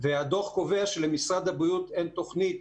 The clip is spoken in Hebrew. והדוח קובע שלמשרד הבריאות אין תוכנית